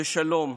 בשלום.